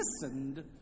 listened